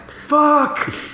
Fuck